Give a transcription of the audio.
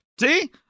See